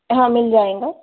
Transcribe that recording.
हाँ मिल जाएगा